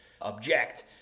object